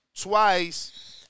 twice